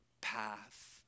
path